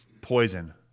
poison